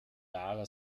lara